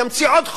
ימציא עוד חוק,